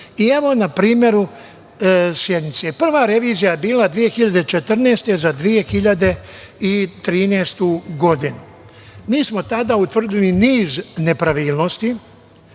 na primeru Sjenice. Prva revizija je bila 2014. za 2013. godinu. Mi smo tada utvrdili niz nepravilnosti,